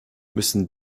müssen